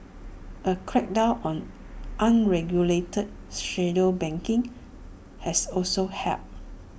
A crackdown on unregulated shadow banking has also helped